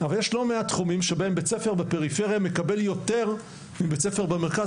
אבל יש לא מעט תחומים שבהם בית ספר בפריפריה מקבל יותר מבית ספר במרכז,